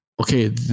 okay